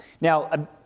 Now